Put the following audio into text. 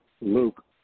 Luke